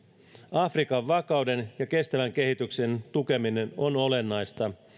afrikan vakauden ja kestävän kehityksen tukeminen on olennaista